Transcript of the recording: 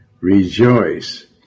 Rejoice